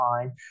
fine